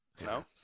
No